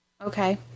Okay